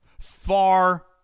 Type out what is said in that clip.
Far